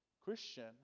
Christian